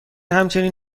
همچنین